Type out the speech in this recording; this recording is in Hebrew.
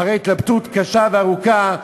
אחרי התלבטות קשה וארוכה,